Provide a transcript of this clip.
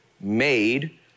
made